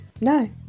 no